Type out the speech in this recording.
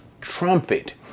trumpet